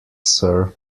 sir